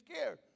scared